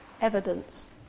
evidence